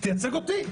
תייצג אותי.